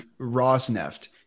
Rosneft